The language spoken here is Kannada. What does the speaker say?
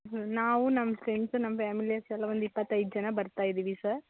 ಹ್ಞೂ ನಾವು ನಮ್ಮ ಫ್ರೆಂಡ್ಸು ನಮ್ಮ ಫ್ಯಾಮಿಲೀಸ್ ಎಲ್ಲ ಒಂದು ಇಪ್ಪತ್ತೈದು ಜನ ಬರ್ತಾ ಇದೀವಿ ಸರ್